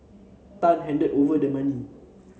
Tan handed over the money